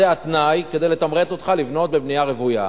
זה התנאי, כדי לתמרץ אותך לבנות בנייה רוויה.